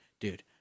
dude